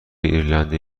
ایرلندی